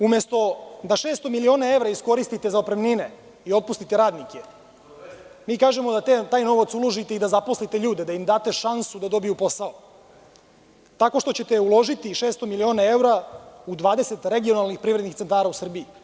Umesto da 600 miliona evra iskoristite za otpremnine i otpustite radnike, mi kažemo da taj novac uložite i zaposlite ljude, da im date šansu da dobiju posao tako što ćete uložiti 600 miliona evra u 20 regionalnih privrednih centra u Srbiji.